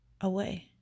away